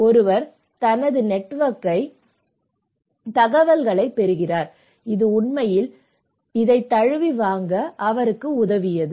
ஒருவர் தனது நெட்வொர்க்கிற்கு தகவல்களைப் பெறுகிறார் இது உண்மையில் இதைத் தழுவி வாங்க அவருக்கு உதவியது